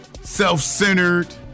self-centered